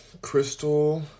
Crystal